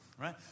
right